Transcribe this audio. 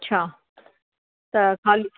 अच्छा त खाली